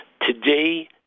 today